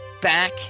back